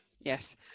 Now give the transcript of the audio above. yes